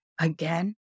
again